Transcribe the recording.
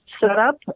setup